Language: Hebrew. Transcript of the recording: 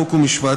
חוק ומשפט,